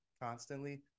constantly